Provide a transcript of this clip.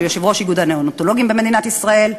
שהוא יושב-ראש איגוד הנאונטולוגים במדינת ישראל,